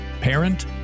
parent